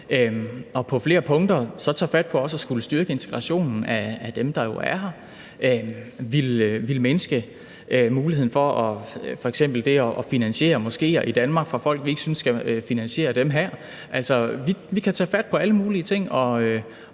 på flere punkter. Der tager vi også fat på at skulle styrke integrationen af dem, der jo er her, og vi vil mindske muligheden for f.eks. det at modtage finansiering af moskeer i Danmark fra folk, vi ikke synes skal finansiere dem her. Vi kan tage fat på alle mulige ting